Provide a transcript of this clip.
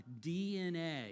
DNA